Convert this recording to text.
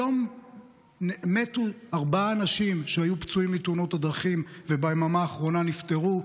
היום מתו ארבעה אנשים שהיו פצועים מתאונות הדרכים וביממה האחרונה נפטרו.